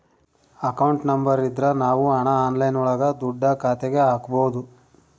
account number ಇದ್ರ ನಾವ್ ಹಣ ಆನ್ಲೈನ್ ಒಳಗ ದುಡ್ಡ ಖಾತೆಗೆ ಹಕ್ಬೋದು